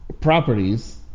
properties